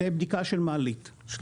לבדיקה של מעלית.